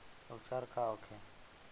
उपचार का होखे?